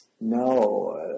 no